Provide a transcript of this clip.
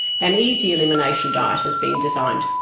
an easy elimination diet has been designed.